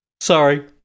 Sorry